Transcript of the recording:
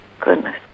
goodness